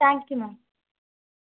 thank you ma'am